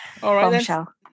Bombshell